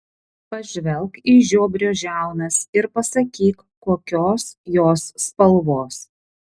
pažvelk į žiobrio žiaunas ir pasakyk kokios jos spalvos